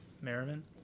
Merriman